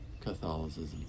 Catholicism